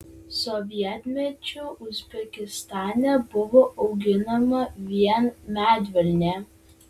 sovietmečiu uzbekistane buvo auginama vien medvilnė